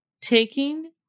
taking